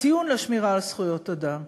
הטיעון של שמירה על זכויות אדם.